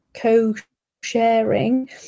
co-sharing